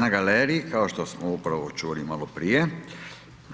Na galeriji kao što smo upravo čuli malo prije,